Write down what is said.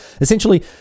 Essentially